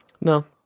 No